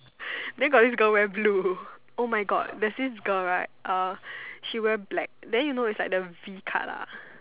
then got wear this girl wear blue oh my God there's this girl right uh she wear black then you know is like the V cut ah